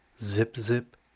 Zip-zip